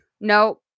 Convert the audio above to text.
no